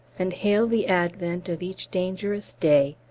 and hail the advent of each dangerous day,